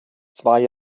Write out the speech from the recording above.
zwei